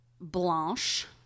Blanche